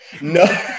No